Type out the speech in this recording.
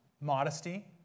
Modesty